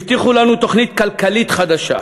הבטיחו לנו תוכנית כלכלית חדשה.